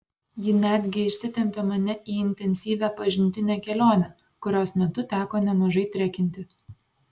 ji netgi išsitempė mane į intensyvią pažintinę kelionę kurios metu teko nemažai trekinti